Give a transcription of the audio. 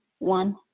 one